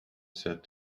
said